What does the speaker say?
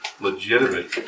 legitimate